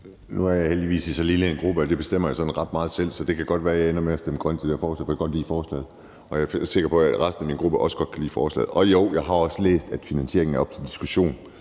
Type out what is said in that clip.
Nu er jeg heldigvis i så lille en gruppe, at det bestemmer jeg sådan ret meget selv, så det kan godt være, at jeg ender med at stemme grønt til det her forslag, for jeg kan godt lide forslaget, og jeg er sikker på, at resten af min gruppe også godt kan lide forslaget. Og jo, jeg har også læst, at finansieringen er oppe til diskussion.